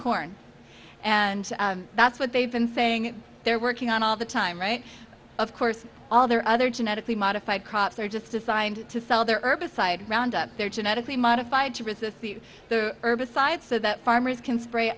corn and that's what they've been saying they're working on all the time right of course all their other genetically modified crops are just assigned to sell their herbicide ground up they're genetically modified to resist the the herbicide so that farmers can spray